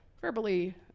verbally